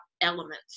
elements